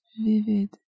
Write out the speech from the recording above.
vivid